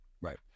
right